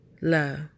love